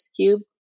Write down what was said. cubes